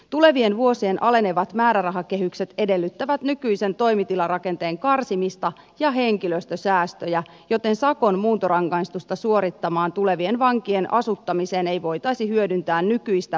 tulevien vuosien alenevat määrärahakehykset edellyttävät nykyisen toimitilarakenteen karsimista ja henkilöstösäästöjä joten sakon muuntorangaistusta suorittamaan tulevien vankien asuttamiseen ei voitaisi hyödyntää nykyistä vankilakapasiteettia